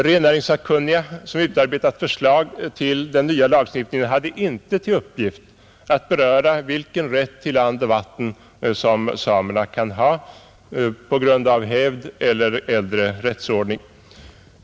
Rennäringssakkunniga, som utarbetat förslag till den nya lagen, hade inte till uppgift att beröra vilken rätt till land och vatten som samerna kan ha på grund av hävd eller äldre rättsordning.